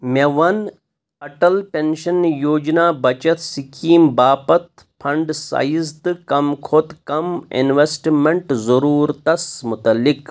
مےٚ وَن اَٹل پیٚنشَن یوجنا بَچت سٕکیٖم باپتھ فنڑ سایِز تہٕ کم کھۄتہٕ کم انویسٹمینٹ ضروٗرتَس مُتعلِق